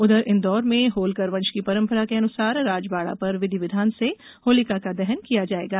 उधर इंदौर में होलकर वंश की परम्परा अनुसार राजबाड़ा पर विधि विधान से होलिका का दहन किया जाएगा